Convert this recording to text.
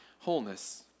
wholeness